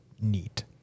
neat